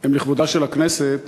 אומנם לכבודה של הכנסת,